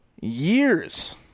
years –